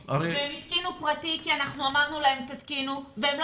התקינו באופן פרטי כי אמרנו להם להתקין והם לא